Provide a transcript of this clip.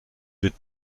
wird